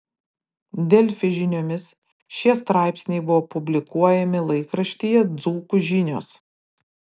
delfi žiniomis šie straipsniai buvo publikuojami laikraštyje dzūkų žinios